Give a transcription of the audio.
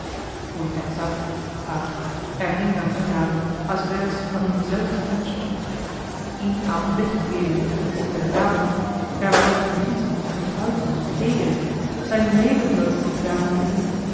und edzard ach er hing am knaben als wär es von ihm selbst ein stück ihn auch weggeben hieß begraben den letzten wiederschein von glück er wollt ihn hüten und halten und hegen sein leben sollte sich darum drehn